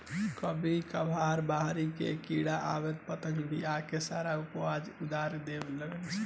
कभी कभार बहरी के कीड़ा आ पतंगा भी आके सारा ऊपज उजार देवे लान सन